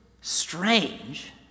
strange